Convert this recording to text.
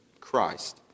Christ